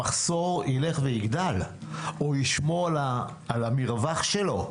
המחסור ילך ויגדל או ישמור על המרווח שלו.